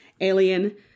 alien